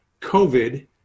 COVID